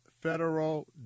federal